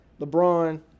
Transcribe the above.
LeBron